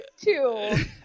two